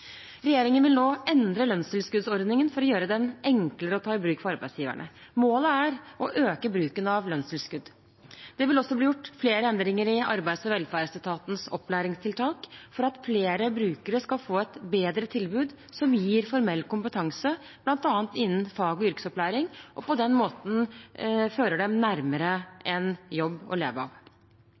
Regjeringen vil nå endre lønnstilskuddsordningen for å gjøre den enklere å ta i bruk for arbeidsgivere. Målet er å øke bruken av lønnstilskudd. Det vil også bli gjort flere endringer i arbeids- og velferdsetatens opplæringstiltak for at flere brukere skal få et bedre tilbud som gir formell kompetanse, bl.a. innen fag- og yrkesopplæring, og på den måten fører dem nærmere en jobb å leve av.